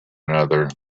another